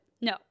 no